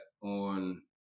on